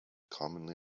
commonly